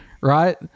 right